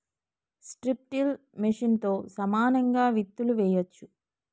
strip till మెషిన్తో సమానంగా విత్తులు వేయొచ్చు